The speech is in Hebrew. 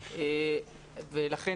רחלי אני חוזר אלייך.